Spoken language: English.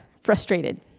frustrated